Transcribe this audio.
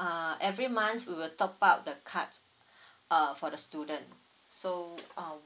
uh every month we will top up the cards uh for the student so um